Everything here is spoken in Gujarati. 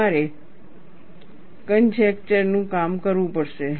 તમારે કનજેકચરનું કામ કરવું પડશે